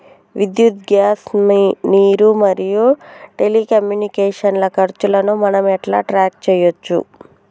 విద్యుత్ గ్యాస్ నీరు మరియు టెలికమ్యూనికేషన్ల ఖర్చులను మనం ఎలా ట్రాక్ చేయచ్చు?